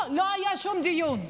לא, לא היה שום דיון.